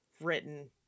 written